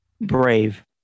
Brave